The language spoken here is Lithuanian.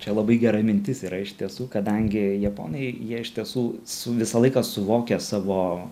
čia labai gera mintis yra iš tiesų kadangi japonai jie iš tiesų su visą laiką suvokia savo